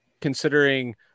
considering